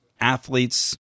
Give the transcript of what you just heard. athletes